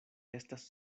estas